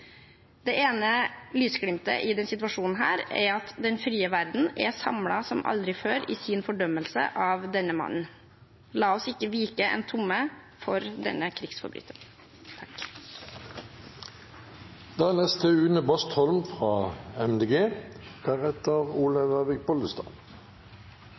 Det ene er lysglimt i denne situasjonen er at den frie verden er samlet som aldri før i sin fordømmelse av denne mannen. La oss ikke vike én tomme for denne krigsforbryteren. Takk